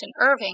Irving